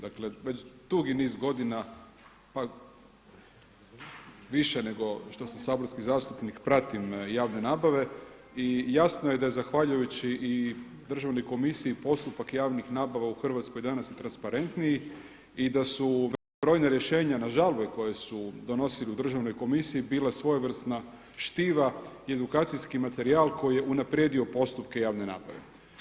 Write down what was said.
Dakle, već dugi niz godina pa više nego što sam saborski zastupnik pratim javne nabave i jasno je da zahvaljujući i Državnoj komisiji postupak javnih nabava u Hrvatskoj danas je transparentniji i da su brojna rješenja na žalbe koje su donosili u Državnoj komisiji bila svojevrsna štiva i edukacijski materijal koji je unaprijedio postupke javne nabave.